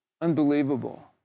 Unbelievable